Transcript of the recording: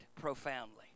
profoundly